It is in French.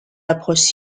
approches